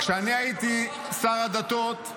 כשאני הייתי שר הדתות,